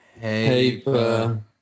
paper